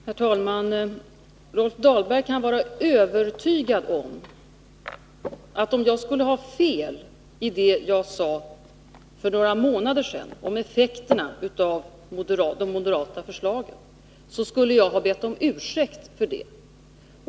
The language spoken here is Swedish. Herr talman! Rolf Dahlberg kan vara övertygad om att om jag skulle ha haft feli det jag sade för några månader sedan om effekterna av det moderata förslaget, så skulle jag ha bett om ursäkt för det.